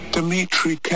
Dimitri